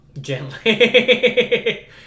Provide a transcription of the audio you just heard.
Gently